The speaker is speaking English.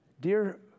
Dear